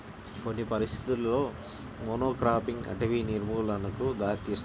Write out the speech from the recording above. కొన్ని పరిస్థితులలో మోనోక్రాపింగ్ అటవీ నిర్మూలనకు దారితీస్తుంది